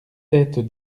tête